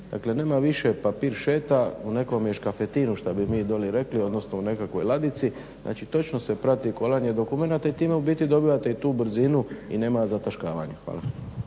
Dakle, nema više papir šeta u nekom je škafetinu šta bi mi dolje rekli, odnosno u nekakvoj ladici. Znači točno se prati kolanje dokumenata i time u biti dobivate i tu brzinu i nema zataškavanja. Hvala.